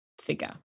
figure